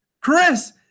chris